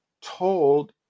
told